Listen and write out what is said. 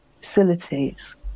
facilities